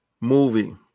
movie